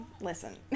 Listen